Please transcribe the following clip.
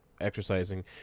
exercising